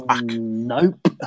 Nope